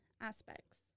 aspects